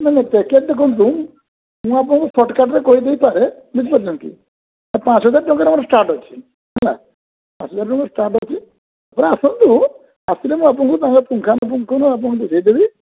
ନାହିଁ ନାହିଁ ପ୍ୟାକେଜ୍ ଦେଖନ୍ତୁ ମୁଁ ଆପଣଙ୍କୁ ସଟ୍କର୍ଟ୍ରେ କହି ଦେଇପାରେ ବୁଝି ପାରୁଛନ୍ତି ପାଞ୍ଚ ହଜାର ଟଙ୍କାରେ ମୋର ଷ୍ଟାର୍ଟ୍ ଅଛି ହେଲା ପାଞ୍ଚ ହଜାରରୁ ଟଙ୍କାରୁ ଷ୍ଟାର୍ଟ୍ ଅଛି ପୁରା ଆସନ୍ତୁ ଆସିଲେ ମୁଁ ଆପଣଙ୍କୁ ପୁଙ୍ଖାନୁ ପୁଙ୍ଖନ ଆପଣଙ୍କୁ ବୁଝାଇ ଦେବି